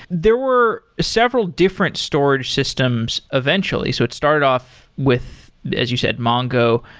there were several different storage systems eventually. so it started off with as you said, mongo.